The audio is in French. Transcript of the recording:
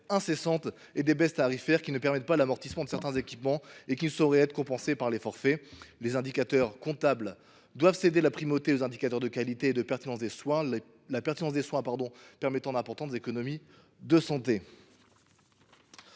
incessantes, des baisses tarifaires qui ne permettent pas l’amortissement de certains équipements et qui ne sauraient être compensées par des forfaits. Les indicateurs comptables doivent céder la primauté aux indicateurs de qualité et de pertinence des soins, ce dernier critère permettant